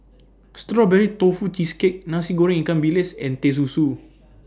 Strawberry Tofu Cheesecake Nasi Goreng Ikan Bilis and Teh Susu